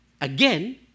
again